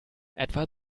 etwa